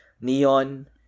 neon